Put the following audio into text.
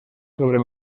sobre